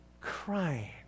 crying